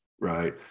right